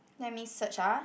let me search ah